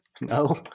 No